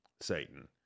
Satan